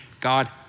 God